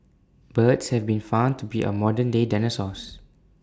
birds have been found to be our modern day dinosaurs